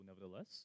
nevertheless